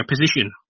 position